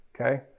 Okay